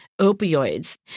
opioids